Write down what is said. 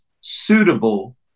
suitable